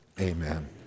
amen